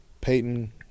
Peyton